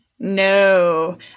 No